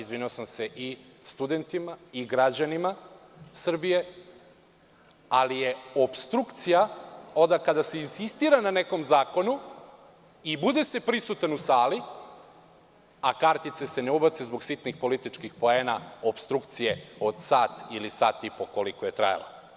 Izvinio sam se i studentima i građanima Srbije, ali je opstrukcija onda kada se insistira na nekom zakonu i bude se prisutan u sali, a kartice se ne ubace zbog sitnih političkih poena opstrukcije od sat ili sat i po koliko je trajala.